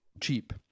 cheap